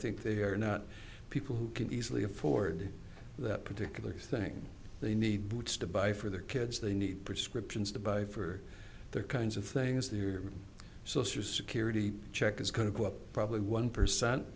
think they are not people who can easily afford that particular thing they need to buy for their kids they need prescriptions to buy for their kinds of things their social security check is going to go up probably one percent